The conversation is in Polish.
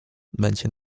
będzie